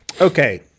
Okay